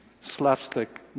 slapstick